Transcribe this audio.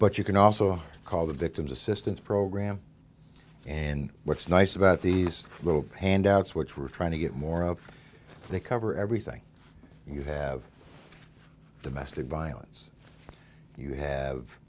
but you can also call the victim's assistance program and what's nice about these little handouts which we're trying to get more of they cover everything you have domestic violence you have